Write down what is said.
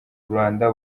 rwanda